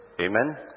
Amen